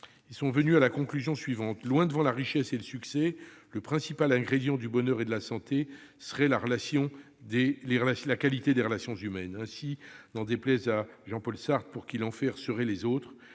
Ils en sont venus à la conclusion suivante : loin devant la richesse et le succès, le principal ingrédient du bonheur et de la santé serait la qualité des relations humaines. Aussi, n'en déplaise à Jean-Paul Sartre, pour qui l'enfer serait les autres,